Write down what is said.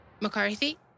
McCarthy